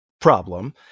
problem